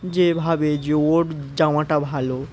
যে ভাবে যে ওর জামাটা ভালো